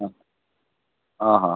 ହଁ ହଁ ହଁ